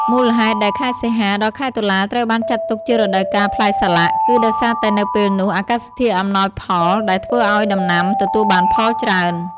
មូលហេតុដែលខែសីហាដល់ខែតុលាត្រូវបានចាត់ទុកជារដូវកាលផ្លែសាឡាក់ គឺដោយសារតែនៅពេលនោះអាកាសធាតុអំណោយផលដែលធ្វើឱ្យដំណាំទទួលបានផលច្រើន។